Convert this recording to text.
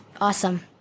awesome